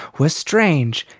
were strange,